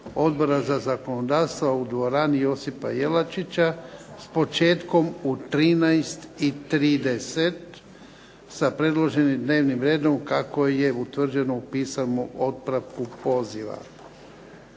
Odbora za zakonodavstvo u dvorani Josipa Jelačića s početkom u 13,30 sa predloženim dnevnim redom kako je utvrđeno u pisanom otpravku poziva.